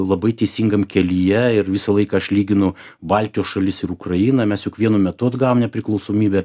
labai teisingam kelyje ir visą laiką aš lyginu baltijos šalis ir ukrainą mes juk vienu metu atgavom nepriklausomybę